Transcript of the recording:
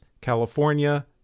California